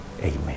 amen